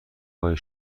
های